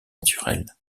naturels